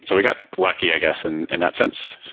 so we got lucky, i guess, and in that sense,